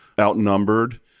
outnumbered